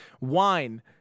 wine